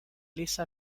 laissa